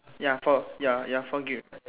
ya four ya ya four gift